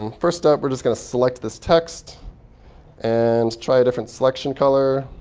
um first step, we're just going to select this text and try a different selection color.